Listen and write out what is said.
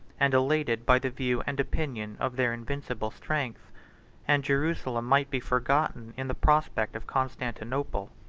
and elated by the view and opinion of their invincible strength and jerusalem might be forgotten in the prospect of constantinople.